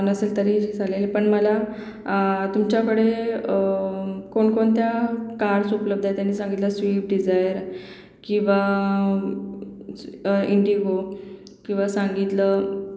नसेल तरी चालेल पण मला तुमच्याकडे कोणकोणत्या कार्स उपलब्ध आहे त्यांनी सांगितलं स्विप डिजायर किंवा इंडिगो किंवा सांगितलं